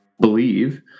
believe